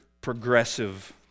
progressive